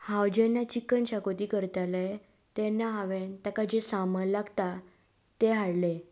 हांव जेन्ना चिकन शागोती करतालें तेन्ना हांवें ताका जें सामन लागता तें हाडलें